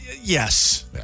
Yes